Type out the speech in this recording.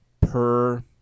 per-